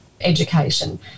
Education